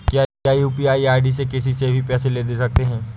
क्या UPI ID से किसी से भी पैसे ले दे सकते हैं?